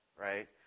right